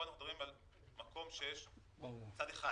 כאן אנחנו מדברים על מקום שיש צד אחד